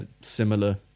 similar